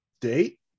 Date